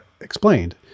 explained